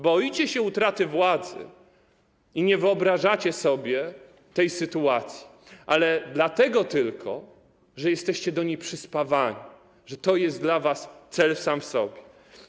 Boicie się utraty władzy i nie wyobrażacie sobie tej sytuacji, ale tylko dlatego, że jesteście do niej przyspawani, że to jest dla was cel sam w sobie.